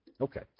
Okay